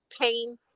pain